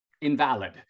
invalid